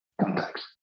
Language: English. context